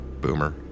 boomer